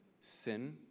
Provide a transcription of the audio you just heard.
sin